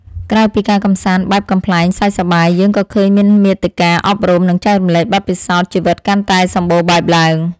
ក្រៅពីការកម្សាន្តបែបកំប្លែងសើចសប្បាយ យើងក៏ឃើញមានមាតិកាអប់រំ និងចែករំលែកបទពិសោធន៍ជីវិតកាន់តែសម្បូរបែបឡើង។